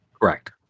Correct